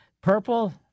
Purple